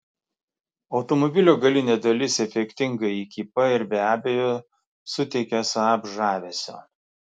automobilio galinė dalis efektingai įkypa ir be abejo suteikia saab žavesio